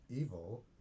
evil